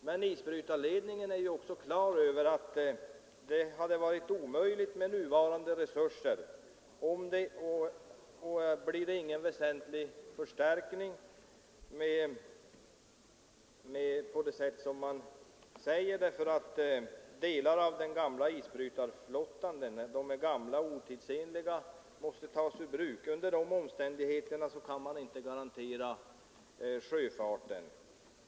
Men isbrytarledningen är på det klara med att isbrytning en sträng vinter hade varit omöjlig med nuvarande resurser. Vissa fartyg i den gamla isbrytarflottan är otidsenliga och måste tas ur bruk. Under dessa omständigheter kan man inte garantera sjöfarten.